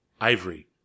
Ivory